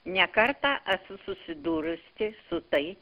ne kartą esu susidūrusi su tai